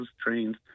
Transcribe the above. trains